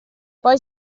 poi